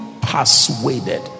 persuaded